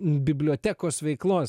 bibliotekos veiklos